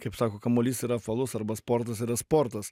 kaip sako kamuolys yra apvalus arba sportas yra sportas